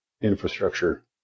infrastructure